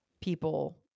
people